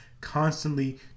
constantly